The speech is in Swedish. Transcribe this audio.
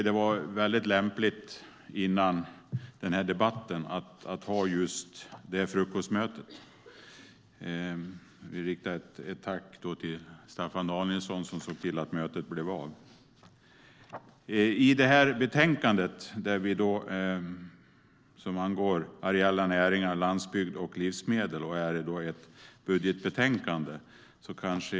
Det var lämpligt att ha just detta frukostmöte före den här debatten, och jag vill rikta ett tack till Staffan Danielsson, som såg till att mötet blev av. Betänkandet angår areella näringar, landsbygd och livsmedel. Det är ett budgetbetänkande.